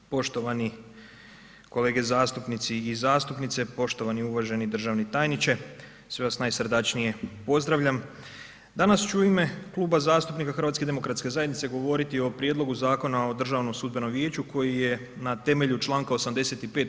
Poštovani kolege zastupnici i zastupnice, poštovani uvaženi državni tajniče, sve vas najsrdačnije pozdravljam, danas ću u ime Kluba zastupnika HDZ-a govoriti o Prijedlogu Zakona o Državnom sudbenom vijeću koji je na temelju Članka 85.